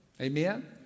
Amen